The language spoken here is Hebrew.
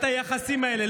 את היחסים האלה.